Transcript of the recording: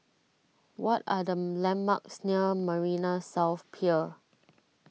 what are the landmarks near Marina South Pier